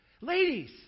Ladies